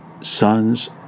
sons